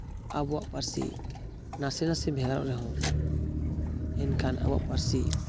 ᱟᱵᱚᱣᱟᱜ ᱯᱟᱹᱨᱥᱤ ᱱᱟᱥᱮ ᱱᱟᱥᱮ ᱵᱷᱮᱜᱟᱨᱚᱜ ᱨᱮᱦᱚᱸ ᱮᱱᱠᱷᱟᱱ ᱟᱵᱚᱣᱟᱜ ᱯᱟᱹᱨᱥᱤ